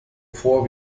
vor